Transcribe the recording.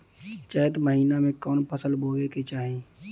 चैत महीना में कवन फशल बोए के चाही?